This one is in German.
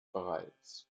bereits